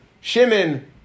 Shimon